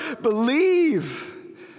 believe